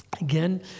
Again